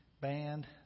Band